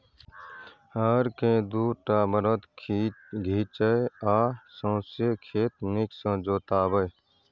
हर केँ दु टा बरद घीचय आ सौंसे खेत नीक सँ जोताबै